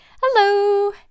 Hello